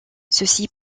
ceci